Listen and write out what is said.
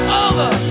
over